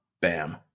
Bam